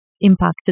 impacted